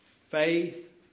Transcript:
faith